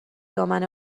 دامن